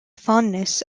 fondness